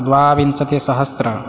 द्वाविंसतिसहस्र